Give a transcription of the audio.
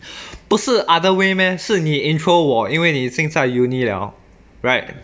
不是 other way meh 是你 intro 我因为你已经在 uni 了 right